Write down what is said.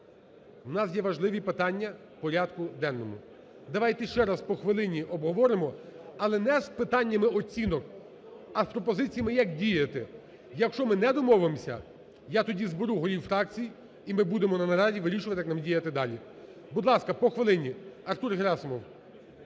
У нас є важливі питання в порядку денному. Давайте ще раз по хвилині обговоримо, але не з питаннями оцінок, а з пропозиціями як діяти? Якщо ми не домовимося, я тоді зберу голів фракцій, і ми будемо на нараді вирішувати, як нам діяти далі. Будь ласка, по хвилині. Артур Герасимов.